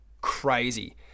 crazy